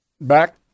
Back